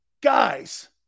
guys